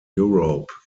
europe